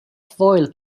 foel